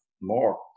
more